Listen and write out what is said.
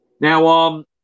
Now